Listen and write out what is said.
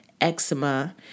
eczema